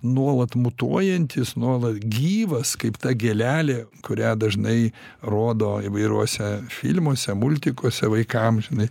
nuolat mutuojantis nuolat gyvas kaip ta gėlelė kurią dažnai rodo įvairiuose filmuose multikuose vaikam žinai